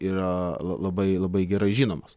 yra labai labai gerai žinomos